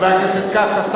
חבר הכנסת כץ,